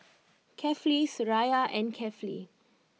Kefli Suraya and Kefli